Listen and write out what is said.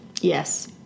yes